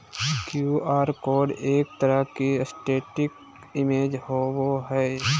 Q R code एक तरह के स्टेटिक इमेज होबो हइ